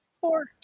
Four